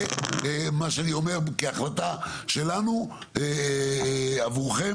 זה מה שאני אומר כהחלטה שלנו עבורכם,